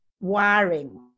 wiring